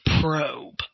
probe